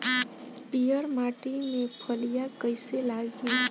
पीयर माटी में फलियां कइसे लागी?